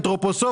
אנתרופוסופי.